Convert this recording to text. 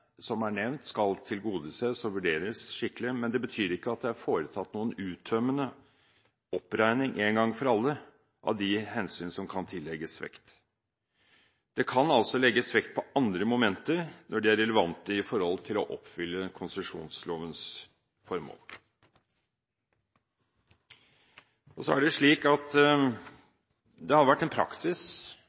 hensynene som er nevnt, skal tilgodeses og vurderes skikkelig. Men det betyr ikke at det er foretatt noen uttømmende oppregning en gang for alle av de hensyn som kan tillegges vekt. Det kan altså legges vekt på andre momenter når de er relevante med tanke på å oppfylle konsesjonslovens formål. Det har vært praksis at varierende landbruks- og matministere har sendt ut rundskriv for å hjelpe til med en